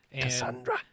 Cassandra